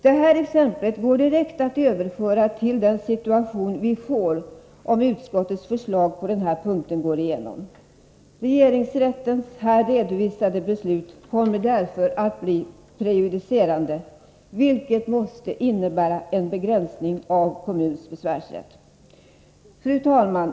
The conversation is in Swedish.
Det här exemplet går direkt att överföra till den situation som uppstår om utskottets förslag på denna punkt går igenom. Regeringsrättens här redovisade beslut kommer därför att bli prejudicerande, vilket måste innebära en begränsning av kommuns besvärsrätt. Fru talman!